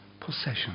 possession